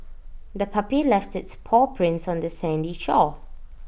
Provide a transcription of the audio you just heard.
the puppy left its paw prints on the sandy shore